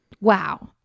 wow